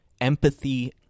empathy